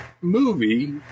movie